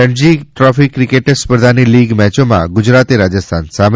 Ranji trophy cricket સ્પર્ધાની league મેચોમાં ગુજરાતે રાજસ્થાન સામે